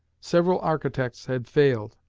several architects had failed,